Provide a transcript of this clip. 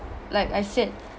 like I said